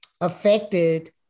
affected